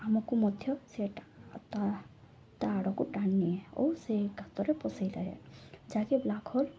ଆମକୁ ମଧ୍ୟ ସେ ତା ତା ଆଡ଼କୁ ଟାଣିନିିଏ ଓ ସେ ଗାତରେ ପଶାଇଥାଏ ଯାହାକି ବ୍ଲାକ୍ ହୋଲ୍